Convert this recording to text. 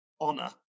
honor